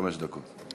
חמש דקות.